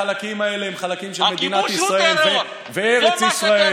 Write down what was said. החלקים האלה הם חלקים של מדינת ישראל וארץ ישראל,